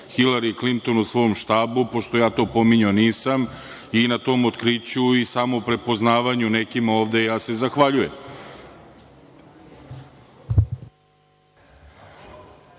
Hilari Klinton u svoj štabu, pošto ja to spominjao nisam. I na tom otkriću i samo prepoznavanju nekima ovde, ja se zahvaljujem.